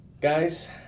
Guys